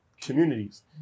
communities